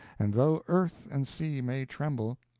and though earth and sea may tremble,